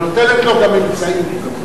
ונותנת לו גם אמצעים,